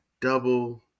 Double